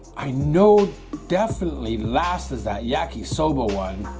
i know definitely last is that yakisoba one